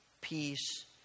peace